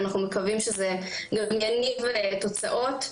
אנחנו מקווים שזה יניב תוצאות.